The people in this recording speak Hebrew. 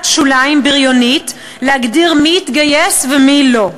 שוליים בריונית להגדיר מי יתגייס ומי לא,